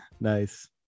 nice